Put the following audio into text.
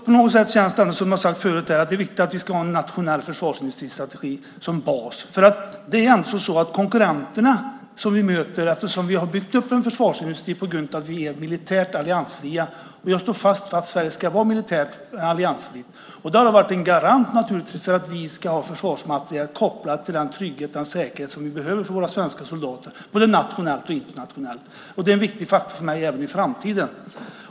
Precis som sagts tidigare är det viktigt med en nationell försvarsindustristrategi som bas. Vi har byggt upp en försvarsindustri på grund av att vi är militärt alliansfria, och jag står fast vid att Sverige ska vara militärt alliansfritt. Det har varit en garant för att vi ska ha försvarsmateriel kopplat till den trygghet och den säkerhet som vi behöver för våra svenska soldater både nationellt och internationellt. Det är en viktig faktor för mig även i framtiden.